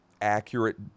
accurate